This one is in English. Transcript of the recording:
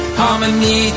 harmony